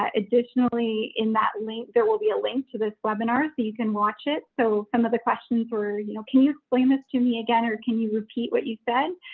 ah additionally, in that link, there will be a link to this webinar so you can watch it. so some of the questions were, you know, can you explain this to me again? or can you repeat what you said?